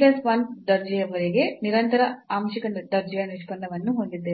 plus 1th ದರ್ಜೆಯವರೆಗೆ ನಿರಂತರ ಆಂಶಿಕ ದರ್ಜೆಯ ನಿಷ್ಪನ್ನವನ್ನು ಹೊಂದಿದ್ದೇವೆ